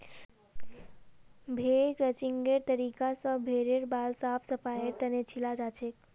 भेड़ क्रचिंगेर तरीका स भेड़ेर बाल साफ सफाईर तने छिलाल जाछेक